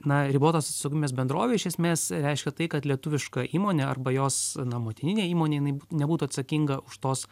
na ribotos atsakomybės bendrovė iš esmės reiškia tai kad lietuviška įmonė arba jos na motininė įmonė jinai nebūtų atsakinga už tos